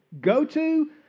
go-to